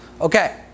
Okay